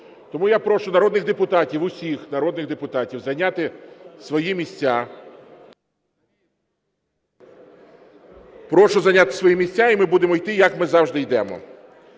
Тому я прошу народних депутатів, усіх народних депутатів зайняти свої місця, прошу зайняти свої місця. І ми будемо йти, як ми завжди йдемо.